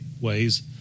ways